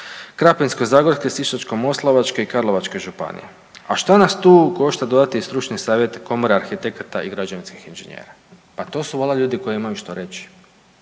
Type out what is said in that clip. Krapinsko-zagorske, Sisačko-moslavačke i Karlovačke županije. A šta nas tu košta dodati i stručne savjete Komore arhitekata i građevinskih inžinjera? Pa to su valjda ljudi koji imaju što reći.